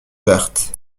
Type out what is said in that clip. vertes